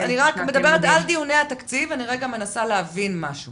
אני מנסה רגע להבין משהו